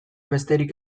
besterik